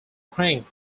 prank